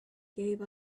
give